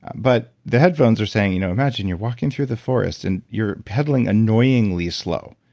but the headphones are saying, you know imagine you're walking through the forest and you're pedaling annoyingly slow.